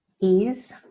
ease